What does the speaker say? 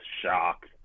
shocked